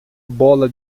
bola